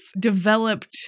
developed